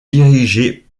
dirigé